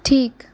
ঠিক